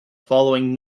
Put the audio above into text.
following